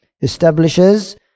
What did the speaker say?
establishes